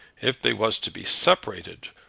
if they was to be separated,